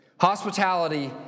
Hospitality